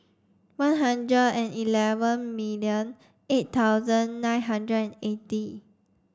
one hundred and eleven million eight thousand nine hundred and eighty